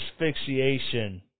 asphyxiation